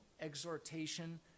exhortation